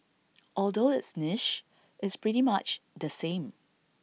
although it's niche it's pretty much the same